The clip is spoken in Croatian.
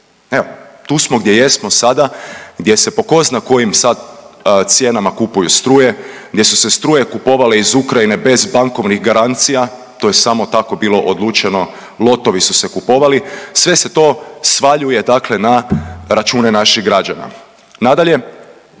Tu smo gdje jesmo sada gdje se po ko zna kojim sad cijenama kupuju struje, gdje su se struje kupovale iz Ukrajine bez bankovnih garancija, to je samo tako bilo odlučeno, lotovi su se kupovali sve se to svaljuje dakle na račune naših građana.